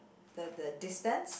the the distance